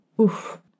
Oof